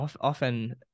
often